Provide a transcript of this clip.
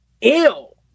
ill